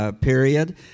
period